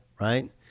right